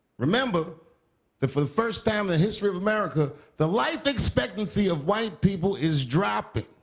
remember that for the first time in the history of america, the life expectancy of white people is dropping.